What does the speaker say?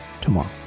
tomorrow